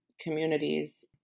communities